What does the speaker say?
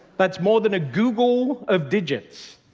that's more than a googol of digits.